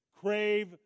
Crave